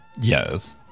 Yes